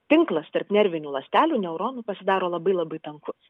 tinklas tarp nervinių ląstelių neuronų pasidaro labai labai tankus